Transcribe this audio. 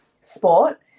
sport